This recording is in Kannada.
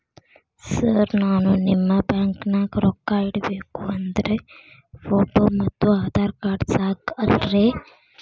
ಸರ್ ನಾನು ನಿಮ್ಮ ಬ್ಯಾಂಕನಾಗ ರೊಕ್ಕ ಇಡಬೇಕು ಅಂದ್ರೇ ಫೋಟೋ ಮತ್ತು ಆಧಾರ್ ಕಾರ್ಡ್ ಸಾಕ ಅಲ್ಲರೇ?